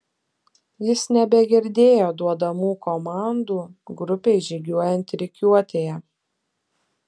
jis nebegirdėjo duodamų komandų grupei žygiuojant rikiuotėje